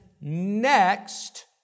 next